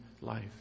life